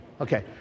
Okay